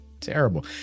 Terrible